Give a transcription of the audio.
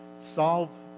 solve